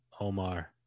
Omar